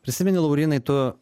prisimeni laurynai tu